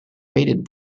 rated